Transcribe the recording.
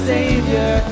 Savior